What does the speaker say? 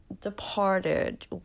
departed